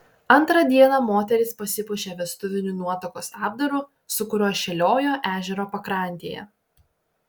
antrą dieną moteris pasipuošė vestuviniu nuotakos apdaru su kuriuo šėliojo ežero pakrantėje